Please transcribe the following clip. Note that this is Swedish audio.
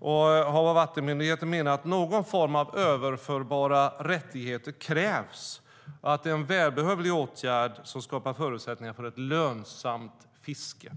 Havs och vattenmyndigheten menar att någon form av överförbara rättigheter krävs och att det är en välbehövlig åtgärd som skapar möjligheter till ett lönsamt fiske.